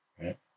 right